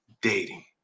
dating